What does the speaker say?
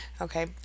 okay